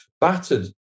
battered